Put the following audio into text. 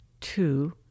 Two